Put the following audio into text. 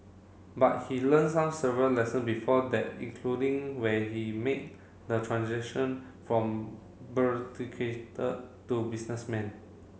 but he learnt some several lesson before that including when he made the transition from to businessman